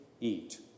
eat